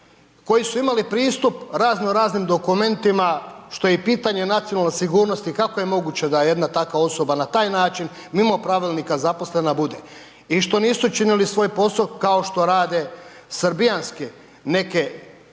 koji su imali pristup razno raznim dokumentima što je i pitanje nacionalne sigurnosti kako je moguće da jedna takva osoba na taj način mimo pravilnika zaposlena bude i što nisu činili svoj posao kao što rade srbijanske neke